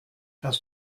das